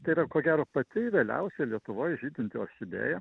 tai yra ko gero pati vėliausia lietuvoj žydinti orchidėja